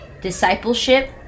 Discipleship